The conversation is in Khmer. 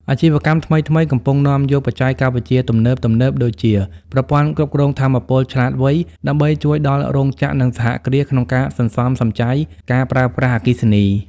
អាជីវកម្មថ្មីៗ កំពុងនាំយកបច្ចេកវិទ្យាទំនើបៗដូចជា ប្រព័ន្ធគ្រប់គ្រងថាមពលឆ្លាតវៃ ដើម្បីជួយដល់រោងចក្រ និងសហគ្រាសក្នុងការសន្សំសំចៃការប្រើប្រាស់អគ្គិសនី។